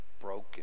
broken